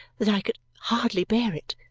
that i could hardly bear it.